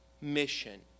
mission